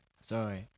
Sorry